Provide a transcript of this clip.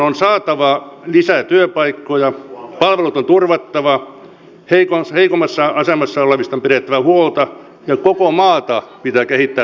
on saatava lisää työpaikkoja palvelut on turvattava heikommassa asemassa olevista on pidettävä huolta ja koko maata pitää kehittää tasapainoisesti